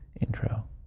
intro